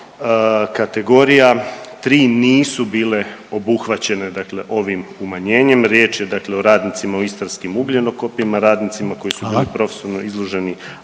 kategorija 3 nisu bile obuhvaćene dakle ovim umanjenjem, riječ je dakle o radnicima u istarskim ugljenokopima, radnicima koji su bili…/Upadica Reiner: